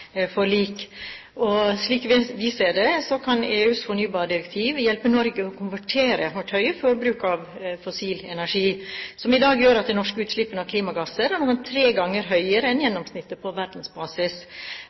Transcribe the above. Slik vi ser det, kan EUs fornybardirektiv hjelpe Norge å konvertere vårt høye forbruk av fossil energi, som i dag gjør at de norske utslippene av klimagasser er rundt tre ganger høyere enn